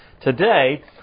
today